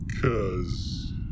cause